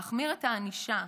להחמיר את הענישה,